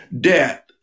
death